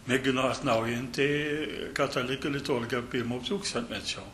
mėgino atnaujinti katalikų liturgiją pirmo tūkstantmečio